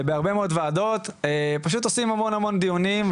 ובהרבה מאוד ועדות פשוט עושים המון המון דיונים,